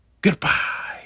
Goodbye